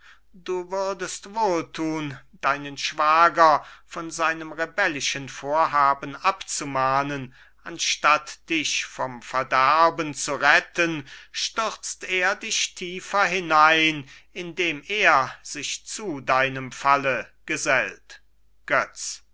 du würdest wohl tun deinen schwager von seinem rebellischen vorhaben abzumahnen anstatt dich vom verderben zu retten stürzt er dich tiefer hinein indem er sich zu deinem falle gesellt götz